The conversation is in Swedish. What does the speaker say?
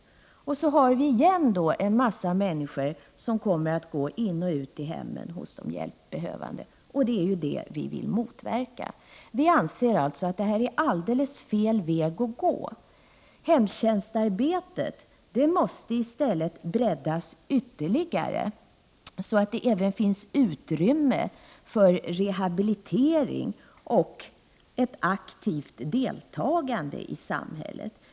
Då har vi på nytt en massa människor som kommer att gå in och ut i hemmen hos de hjälpbehövande. Det är det vi vill motverka. Vi anser alltså att detta är alldeles fel väg att gå. Hemtjänstarbetet måste i stället breddas ytterligare, så att det även finns utrymme för rehabilitering och ett aktivt deltagande i samhället.